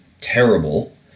terrible